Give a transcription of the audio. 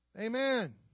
Amen